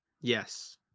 yes